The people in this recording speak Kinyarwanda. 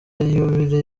yubile